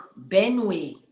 benway